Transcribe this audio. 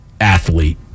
athlete